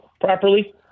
properly